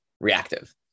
reactive